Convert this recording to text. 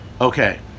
Okay